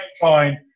fine